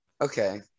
Okay